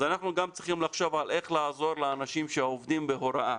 אז אנחנו גם צריכים לחשוב על איך לעזור לאנשים שעובדים בהוראה